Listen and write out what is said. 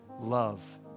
love